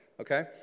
okay